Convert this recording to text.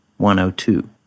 102